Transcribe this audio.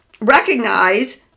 recognize